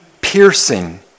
piercing